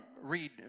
read